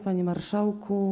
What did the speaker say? Panie Marszałku!